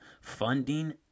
funding